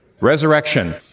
resurrection